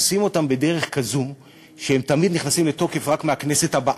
עושים זאת בדרך כזו שהם תמיד נכנסים לתוקף רק מהכנסת הבאה,